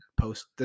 post